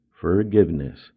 forgiveness